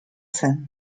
zen